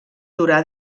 durar